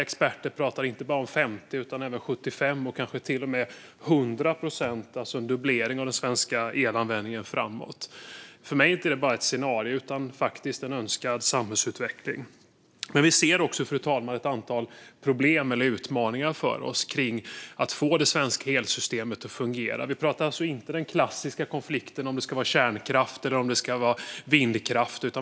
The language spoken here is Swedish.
Experter pratar inte bara om 50 utan även om 75 och kanske till och med om 100 procent, alltså en dubblering av den svenska elanvändningen framåt. För mig är detta inte bara ett scenario utan faktiskt en önskad samhällsutveckling. Men vi ser också, fru talman, ett antal problem eller utmaningar för oss kring att få det svenska elsystemet att fungera. Vi pratar alltså inte om den klassiska konflikten, om det ska vara kärnkraft eller om det ska vara vindkraft.